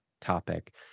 topic